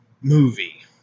movie